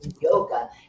yoga